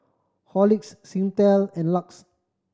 Horlicks Singtel and LUX